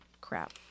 crap